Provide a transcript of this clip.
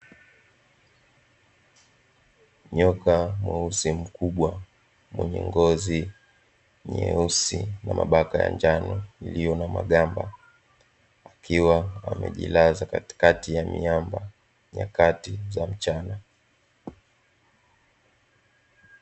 Nyoka mweusi mkubwa; mwenye ngozi nyeusi na mabaka ya njano yaliyo na magamba, akiwa amejilaza katikati ya miamba nyakati za mchana.